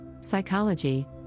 psychology